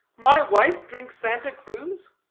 my wife drink santa cruz